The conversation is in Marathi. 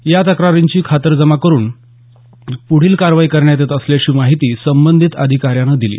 या तक्रारींची खातरजमा करून प्ढील कारवाई करण्यात येत असल्याची माहिती संबंधित अधिकाऱ्यानं दिली